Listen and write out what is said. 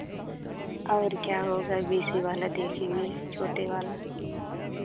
और क्या होगा बीस ही वाला देखेंगे छोटे वाला